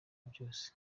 byose